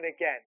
again